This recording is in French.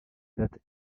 date